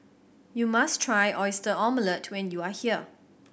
you must try Oyster Omelette when you are here